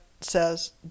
says